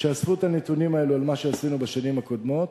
שאספו את הנתונים האלה על מה שעשינו בשנים הקודמות,